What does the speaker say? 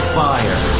fire